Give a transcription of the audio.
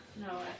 No